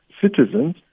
citizens